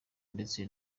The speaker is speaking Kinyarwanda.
ndetse